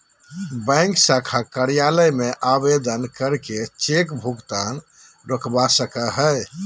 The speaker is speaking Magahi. बैंक शाखा कार्यालय में आवेदन करके चेक भुगतान रोकवा सको हय